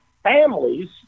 families